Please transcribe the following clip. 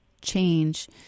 change